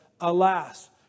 Alas